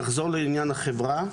נחזור לעניין החברה.